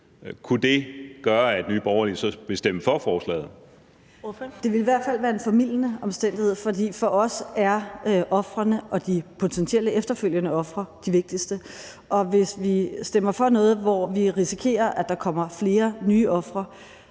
Ordføreren. Kl. 15:32 Pernille Vermund (NB): Det ville i hvert fald være en formildende omstændighed, fordi for os er ofrene og de potentielt efterfølgende ofre de vigtigste. At stemme for noget, hvor vi risikerer, at der kommer flere nye ofre,